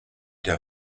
der